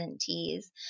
teas